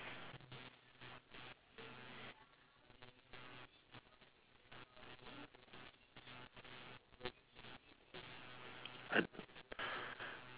I